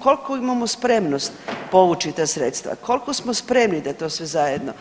koliku imamo spremnost povući ta sredstva, koliko smo spremni na to sve zajedno.